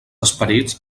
esperits